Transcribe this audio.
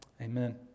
Amen